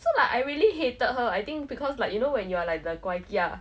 so like I really hated her I think because like you know when you are like the 乖 kia